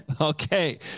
Okay